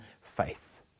faith